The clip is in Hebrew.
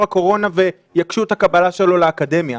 הקורונה ויקשו על הקבלה שלו לאקדמיה.